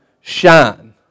shine